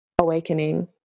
awakening